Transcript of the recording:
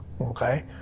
okay